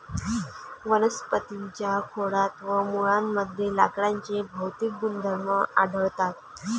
वनस्पतीं च्या खोडात व मुळांमध्ये लाकडाचे भौतिक गुणधर्म आढळतात